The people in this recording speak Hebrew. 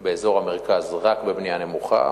20% באזור המרכז רק בבנייה נמוכה,